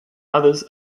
others